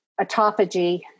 autophagy